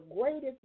greatest